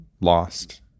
lost